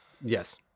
Yes